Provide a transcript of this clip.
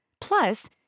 Plus